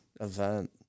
event